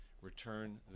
return